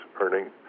earning